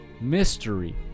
mystery